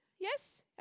Yes